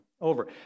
over